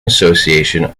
association